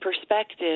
perspective